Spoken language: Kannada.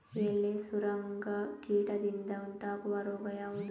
ಎಲೆ ಸುರಂಗ ಕೀಟದಿಂದ ಉಂಟಾಗುವ ರೋಗ ಯಾವುದು?